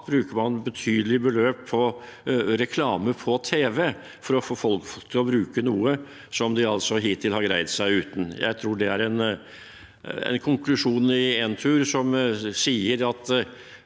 bruker man betydelige beløp på reklame på tv, for å få folk til å bruke noe som de hittil har greid seg uten. Jeg tror det er en konklusjon i Entur som tilsier at